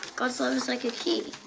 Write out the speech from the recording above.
god's love is like a key.